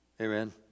Amen